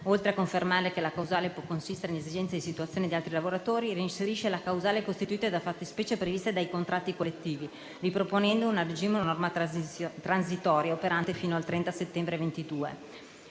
oltre a confermare che la causale può consistere in esigenze di sostituzione di altri lavoratori, reinserisce la causale costituita da fattispecie previste dai contratti collettivi, riproponendo a regime una norma transitoria, operante fino al 30 settembre 2022;